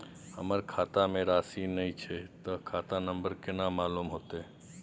हमरा खाता में राशि ने छै ते खाता नंबर केना मालूम होते?